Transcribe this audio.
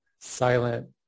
silent